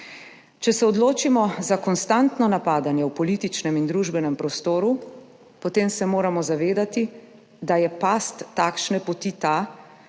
Če se odločimo za konstantno napadanje v političnem in družbenem prostoru, potem se moramo zavedati, da je past takšne poti ta,